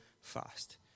fast